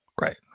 Right